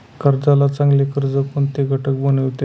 कर्जाला चांगले कर्ज कोणते घटक बनवितात?